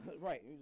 Right